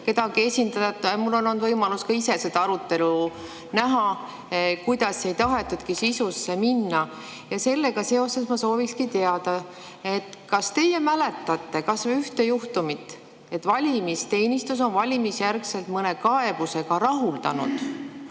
kedagi esindada. Mul on olnud võimalus seda arutelu näha, kuidas ei tahetudki sisusse minna. Ja sellega seoses ma soovikski teada, kas teie mäletate kas või ühte juhtumit, et valimisteenistus on valimisjärgselt mõne kaebuse rahuldanud.